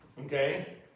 Okay